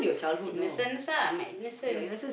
innocence lah my innocence